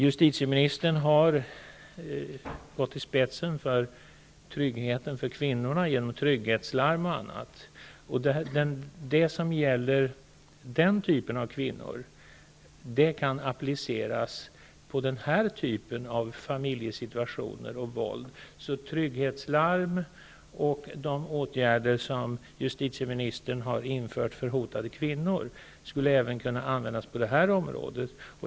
Justitieministern har gått i spetsen för tryggheten för kvinnor, genom trygghetslarm och annat. Det som gäller de fall det då är fråga om kan appliceras på denna typ av familjesituation och våld. Trygghetslarm och de åtgärder justitieministern infört för hotade kvinnor skulle även kunna användas på detta område.